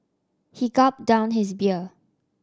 he gulp down his beer